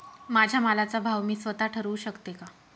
माझ्या मालाचा भाव मी स्वत: ठरवू शकते का?